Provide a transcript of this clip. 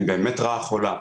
הן באמת רעה חולה.